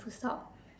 to stop